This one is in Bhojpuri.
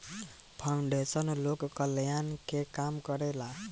फाउंडेशन लोक कल्याण के काम करेला